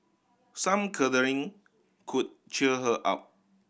some cuddling could cheer her up